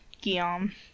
Guillaume